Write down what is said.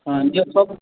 ହଁ ଦିଅ